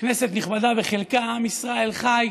כנסת נכבדה, בחלקה, עם ישראל חי,